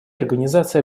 организация